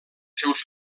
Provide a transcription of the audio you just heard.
seus